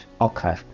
Okay